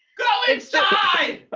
go inside!